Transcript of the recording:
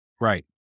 Right